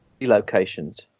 locations